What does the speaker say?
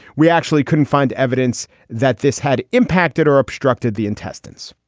we actually couldn't find evidence that this had impacted or obstructed the intestines.